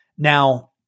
Now